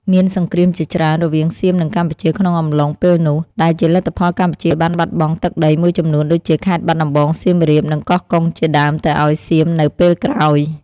មានសង្គ្រាមជាច្រើនរវាងសៀមនិងកម្ពុជាក្នុងអំឡុងពេលនោះ ដែលជាលទ្ធផលកម្ពុជាបានបាត់បង់ទឹកដីមួយចំនួនដូចជាខេត្តបាត់ដំបង សៀមរាប និងកោះកុងជាដើមទៅឱ្យសៀមនៅពេលក្រោយ។